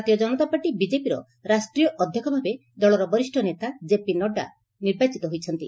ଭାରତୀୟ ଜନତା ପାର୍ଟି ବିକେପିର ରାଷ୍ଟ୍ରୀୟ ଅଧ୍ଧକ୍ଷ ଭାବେ ଦଳର ବରିଷ ନେତା ଜେପି ନଡ୍ତା ନିର୍ବାଚିତ ହୋଇଛନ୍ତି